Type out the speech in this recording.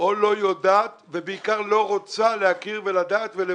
או לא יודעת, ובעיקר לא רוצה להכיר ולדעת ולבצע.